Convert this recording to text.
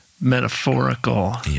metaphorical